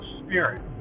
spirit